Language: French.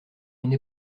une